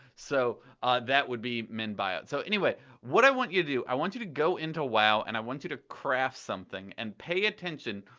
so that would be minbouyout. so, what i want you to do. i want you to go into wow and i want you to craft something, and pay attention.